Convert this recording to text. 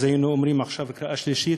אז היינו עוברים עכשיו לקריאה שלישית.